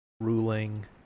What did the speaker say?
Ruling